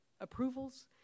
approvals